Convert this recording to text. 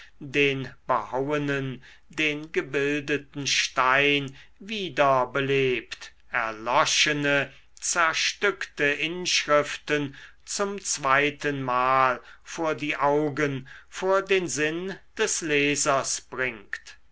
den behauenen den gebildeten stein wieder belebt erloschene zerstückte inschriften zum zweitenmal vor die augen vor den sinn des lesers bringt